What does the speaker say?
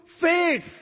faith